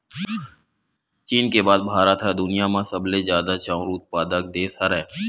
चीन के बाद भारत ह दुनिया म सबले जादा चाँउर उत्पादक देस हरय